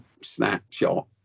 snapshot